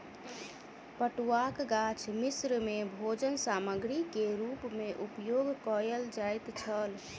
पटुआक गाछ मिस्र में भोजन सामग्री के रूप में उपयोग कयल जाइत छल